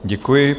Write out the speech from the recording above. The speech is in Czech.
Děkuji.